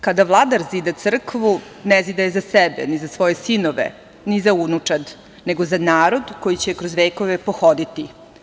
Kada vladar zida crkvu, ne zida je za sebe, ni za svoje sinove, ni za unučad, nego za narod koji će je kroz vekove pohoditi.